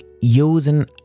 using